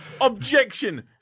objection